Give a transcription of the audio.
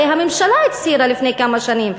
הרי הממשלה הצהירה לפני כמה שנים,